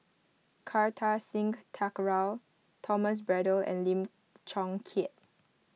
Kartar Singh Thakral Thomas Braddell and Lim Chong Keat